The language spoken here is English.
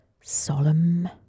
Solemn